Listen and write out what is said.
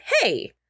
hey